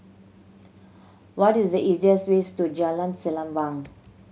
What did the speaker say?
what is the easiest ways to Jalan Sembilang